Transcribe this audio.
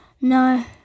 No